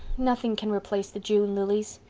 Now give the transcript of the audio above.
nothing can replace the june lilies.